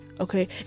Okay